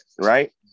right